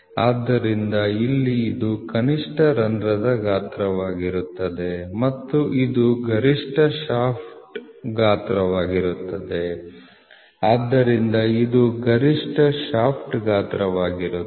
ಆದ್ದರಿಂದ ಇಲ್ಲಿ ಇದು ಕನಿಷ್ಠ ರಂಧ್ರದ ಗಾತ್ರವಾಗಿರುತ್ತದೆ ಮತ್ತು ಇದು ಗರಿಷ್ಠ ಶಾಫ್ಟ್ ಗಾತ್ರವಾಗಿರುತ್ತದೆ